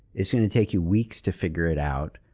it's going to take you weeks to figure it out,